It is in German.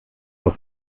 aus